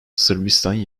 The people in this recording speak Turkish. sırbistan